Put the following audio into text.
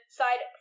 side